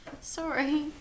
Sorry